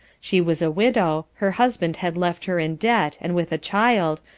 she was a widow, her husband had left her in debt, and with a child,